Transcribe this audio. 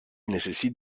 nécessite